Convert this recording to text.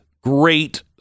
great